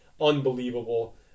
Unbelievable